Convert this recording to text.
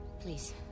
Please